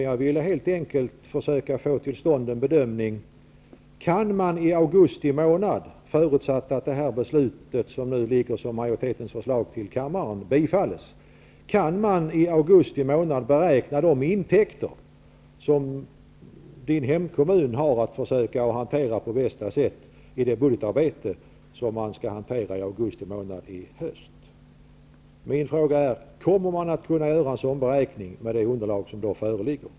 Jag ville få till stånd en bedömning av om man i augusti månad kan -- förutsatt att majoritetsförslaget bifalls -- beräkna de intäkter som Kjell Ericssons hemkommun har att försöka hantera på bästa sätt, i det budgetarbete som skall ske i augusti månad. Kommer man att kunna göra en sådan beräkning med det underlag som då föreligger?